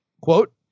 quote